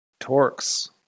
Torx